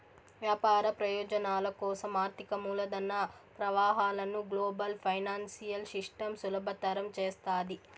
వ్యాపార ప్రయోజనాల కోసం ఆర్థిక మూలధన ప్రవాహాలను గ్లోబల్ ఫైనాన్సియల్ సిస్టమ్ సులభతరం చేస్తాది